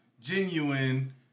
genuine